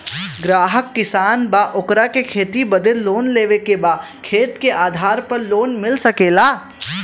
ग्राहक किसान बा ओकरा के खेती बदे लोन लेवे के बा खेत के आधार पर लोन मिल सके ला?